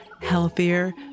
healthier